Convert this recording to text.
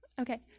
Okay